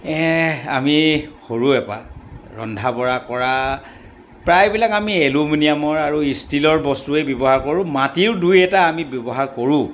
আমি সৰুৰ পৰা ৰন্ধা বঢ়া কৰা প্ৰায়বিলাক আমি এলোমিনিয়ামৰ আৰু ষ্টীলৰ বস্তুৱেই ব্যৱহাৰ কৰোঁ মাটিৰো দুই এটা আমি ব্যৱহাৰ কৰোঁ